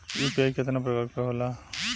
UPI केतना प्रकार के होला?